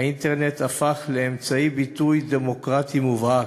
האינטרנט הפך לאמצעי ביטוי דמוקרטי מובהק.